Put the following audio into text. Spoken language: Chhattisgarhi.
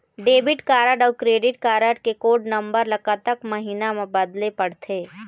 डेबिट कारड अऊ क्रेडिट कारड के कोड नंबर ला कतक महीना मा बदले पड़थे?